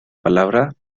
palabra